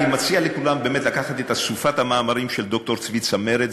אני מציע לכולם באמת לקחת את אסופת המאמרים של ד"ר צבי צמרת,